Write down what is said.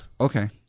Okay